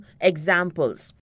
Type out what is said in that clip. examples